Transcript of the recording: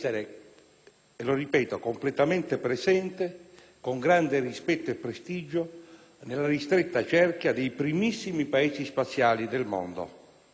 di essere completamente presente, con grande rispetto e prestigio, nella ristretta cerchia dei primissimi Paesi «spaziali» del mondo.